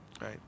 Right